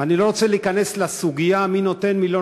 ואני לא רוצה להיכנס לסוגיה מי נותן ומי לא